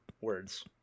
words